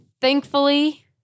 thankfully